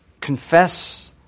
Confess